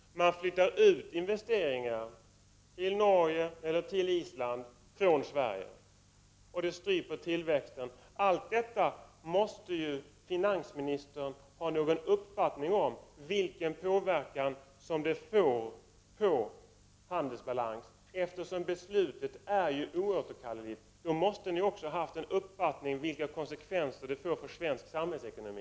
Man flyttar ut investeringarna till Norge och Island. Det stryper tillväxten. Allt detta måste finansministern ha någon uppfattning om, vilken påverkan det får på handelsbalansen. Eftersom beslutet är oåterkalleligt måste ni ha haft en uppfattning om vilka konsekvenser det skulle få för svensk samhällsekonomi.